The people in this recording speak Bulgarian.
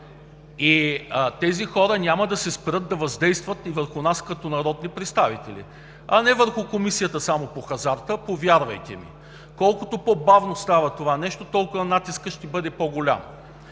Тези хора няма да се спрат да въздействат и върху нас като народни представители, не само върху Комисията по хазарта. Повярвайте ми! Колкото по-бавно става това нещо, толкова натискът ще бъде по-голям.